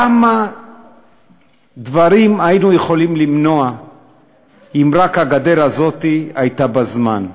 כמה דברים היינו יכולים למנוע אם רק הגדר הזאת הייתה בזמן.